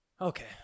okay